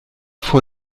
vor